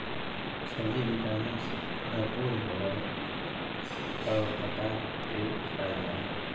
सब्ज़ि vitamin से भरपूर होबय हइ और पका के खाल जा हइ